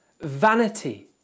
vanity